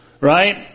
right